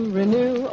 renew